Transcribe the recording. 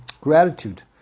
gratitude